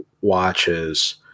watches